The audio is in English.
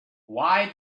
why